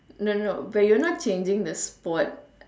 no no no but you're not changing the sport